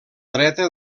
dreta